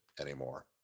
anymore